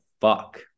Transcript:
fuck